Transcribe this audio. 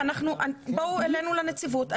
בואו אלינו לנציבות.